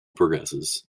progresses